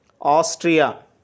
Austria